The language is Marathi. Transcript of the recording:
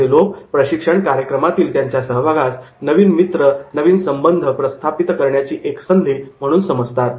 असे लोक प्रशिक्षण कार्यक्रमातील त्यांचा सहभागास नवीन मित्र व नवीन संबंध प्रस्थापित करण्याची एक संधी म्हणून समजतात